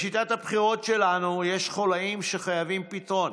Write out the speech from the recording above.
בשיטת הבחירות שלנו יש חוליים שחייבים פתרון,